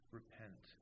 repent